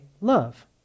love